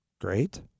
Great